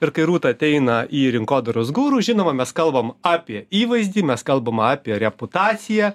ir kai rūta ateina į rinkodaros guru žinoma mes kalbam apie įvaizdį mes kalbam apie reputaciją